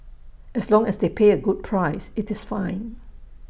as long as they pay A good price IT is fine